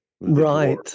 Right